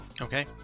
Okay